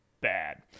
bad